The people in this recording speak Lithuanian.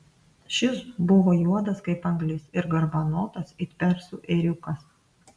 šis buvo juodas kaip anglis ir garbanotas it persų ėriukas